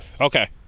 Okay